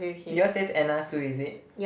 yours says another Sue is it